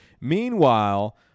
meanwhile